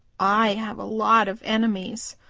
i have a lot of enemies.